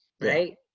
Right